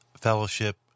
Fellowship